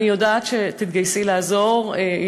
אני יודעת שתתגייסי לעזור.